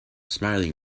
smiling